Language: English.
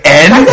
end